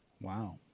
wow